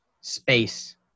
space